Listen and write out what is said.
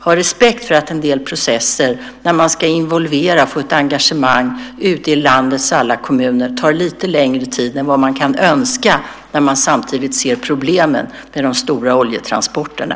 Ha respekt för att en del processer där man ska involvera och få engagemang i landets alla kommuner tar lite längre tid än man kanske önskar när man ser problemen med de stora oljetransporterna.